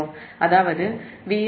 அதாவது Va1 Ea Z1 Ia1